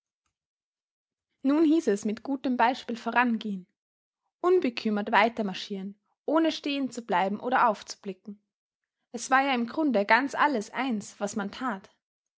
nun hieß es mit gutem beispiel vorangehen unbekümmert weiter marschieren ohne stehen zu bleiben oder aufzublicken es war ja im grunde ganz alles eins was man tat